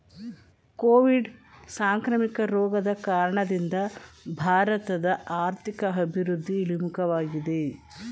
Covid ಸಾಂಕ್ರಾಮಿಕ ರೋಗದ ಕಾರಣದಿಂದ ಭಾರತದ ಆರ್ಥಿಕ ಅಭಿವೃದ್ಧಿ ಇಳಿಮುಖವಾಗಿದೆ